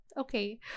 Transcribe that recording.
okay